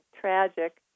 tragic